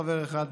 חבר אחד,